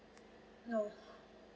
no